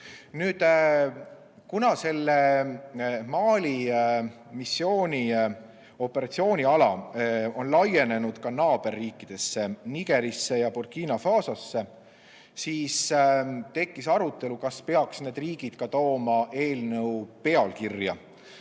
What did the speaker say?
Kuna Mali missiooni operatsiooniala on laienenud ka naaberriikidesse Nigerisse ja Burkina Fasosse, siis tekkis arutelu, kas peaks need riigid tooma eelnõu pealkirja.